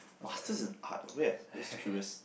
masters in art where just curious